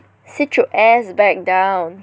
sit your ass back down